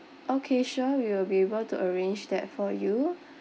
okay sure we will be able to arrange that for you